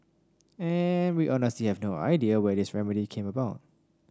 and we honestly have no idea where this remedy came about